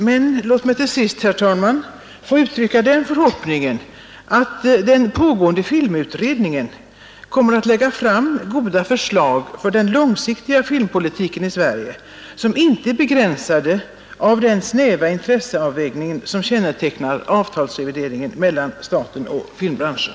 Men låt mig till sist, herr talman, få uttrycka den förhoppningen att den pågående filmutredningen kommer att lägga fram goda förslag för den långsiktiga filmpolitiken i Sverige vilka inte är begränsade av den snäva intresseavvägning som kännetecknar avtalsrevideringen mellan staten och filmbranschen.